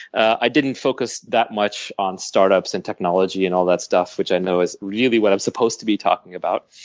i didn't focus that much on startups and technology and all that stuff, which i know is really what i'm supposed to be talking about.